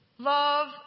love